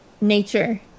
nature